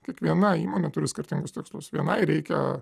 kiekviena įmonė turi skirtingus tikslus vienai reikia